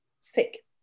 sick